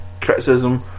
criticism